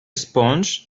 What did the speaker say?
sponge